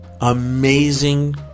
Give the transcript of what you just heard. amazing